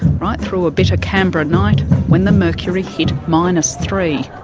right through a bitter canberra night when the mercury hit minus three.